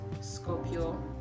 Scorpio